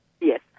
Yes